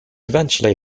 eventually